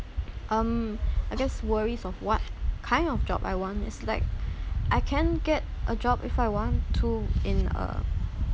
um I guess worries of what kind of job I want is like I can get a job if I want to in a